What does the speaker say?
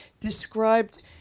described